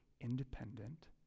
independent